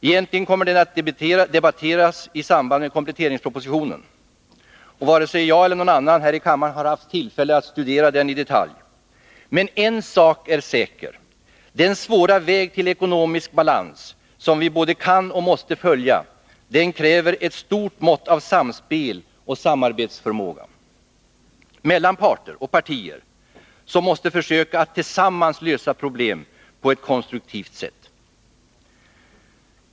Den kommer att debatteras i samband med behandlingen av kompletteringspropositionen, och varken jag eller någon annan här i kammaren har haft tillfälle att i detalj studera den. Men en sak är säker: Den svåra väg till ekonomisk balans som vi både kan och måste följa kräver ett stort mått av samspel och samarbetsförmåga. Parter och partier måste tillsammans försöka lösa problemen på ett konstruktivt sätt.